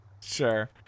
sure